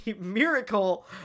miracle